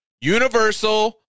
Universal